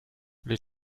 les